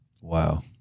wow